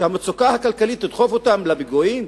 שהמצוקה הכלכלית תדחף אותם לפיגועים?